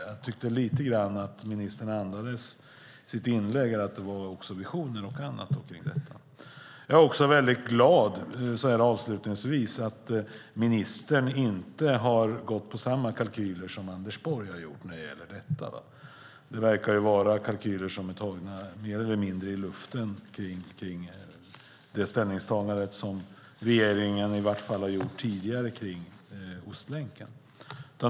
Jag tyckte att ministern lite grann i sitt inlägg andades att det fanns visioner och annat kring detta. Jag vill avslutningsvis säga att jag är väldigt glad att ministern inte har använt samma kalkyler som Anders Borg har gjort när det gäller detta. Det verkar vara kalkyler som är tagna mer eller mindre ur luften när det gäller det ställningstagande som regeringen tidigare har gjort om Ostlänken.